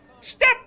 step